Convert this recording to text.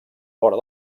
vora